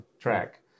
track